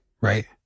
right